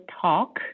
talk